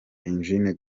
eugene